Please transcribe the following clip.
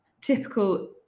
Typical